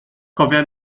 cofia